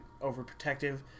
overprotective